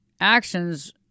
actions